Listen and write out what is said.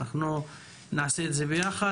אנחנו נעשה את זה ביחד.